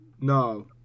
No